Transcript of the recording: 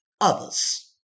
others